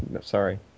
Sorry